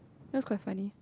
that's quite funny